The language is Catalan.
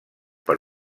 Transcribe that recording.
per